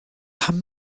pam